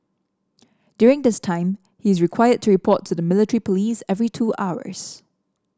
during this time he is required to report to the military police every two hours